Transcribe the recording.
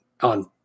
on